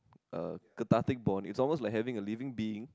uh cathartic bond it's almost like having a living being